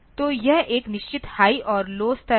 तो यह एक निश्चित हाई और लौ स्तर है